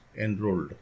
enrolled